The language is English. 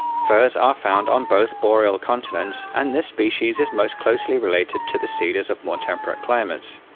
firs are found on both boreal continents, and this species is most closely related to the cedars of more temperate climates.